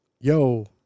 Yo